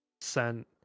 sent